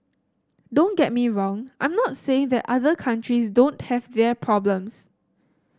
don't get me wrong I'm not saying that other countries don't have their problems